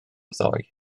ddoe